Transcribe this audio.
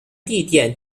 地点